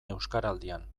euskaraldian